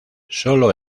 sólo